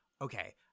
okay